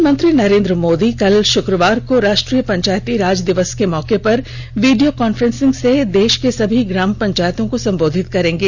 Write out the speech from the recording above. प्रधानमंत्री नरेंद्र मोदी कल शुक्रवार को राष्ट्रीय पंचायती राज दिवस के मौके पर वीडियो कॉन्फ्रेंसिंग से देष के सभी ग्राम पंचायतों को संबोधित करेंगे